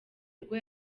ubwo